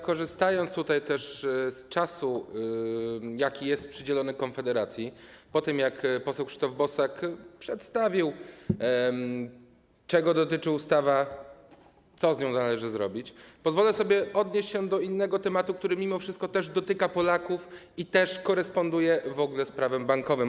Korzystając też z czasu, jaki jest przydzielony Konfederacji, po tym jak poseł Krzysztof Boska przedstawił to, czego dotyczy ustawa, co z nią należy zrobić, pozwolę sobie odnieść się do innego tematu, który mimo wszystko też dotyka Polaków i koresponduje w ogóle z prawem bankowym.